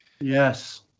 Yes